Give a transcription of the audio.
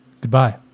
goodbye